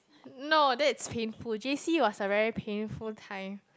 no that's painful j_c was a very painful time